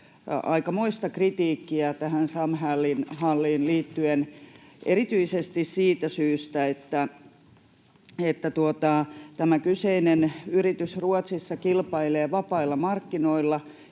aikamoista kritiikkiä tähän Samhalliin liittyen — erityisesti siitä syystä, että tämä kyseinen yritys Ruotsissa kilpailee vapailla markkinoilla,